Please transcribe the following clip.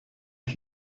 ich